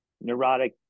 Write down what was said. neurotic